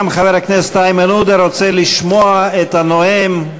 גם חבר הכנסת איימן עודה רוצה לשמוע את הנואם,